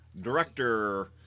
Director